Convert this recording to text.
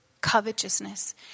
Covetousness